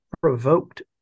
provoked